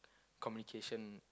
communication